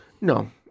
No